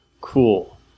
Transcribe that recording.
cool